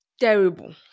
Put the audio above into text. Terrible